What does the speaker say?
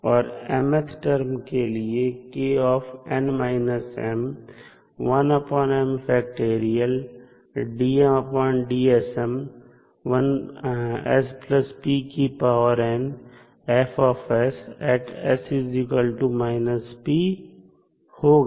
और mth term के लिए होगा